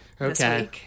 Okay